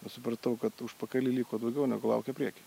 supratau kad užpakalyje liko daugiau negu laukia prieky